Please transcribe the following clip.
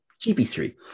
GB3